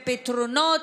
פתרונות,